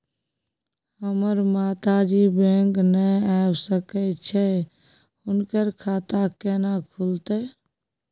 हमर माता जी बैंक नय ऐब सकै छै हुनकर खाता केना खूलतै?